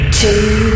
two